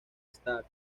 stars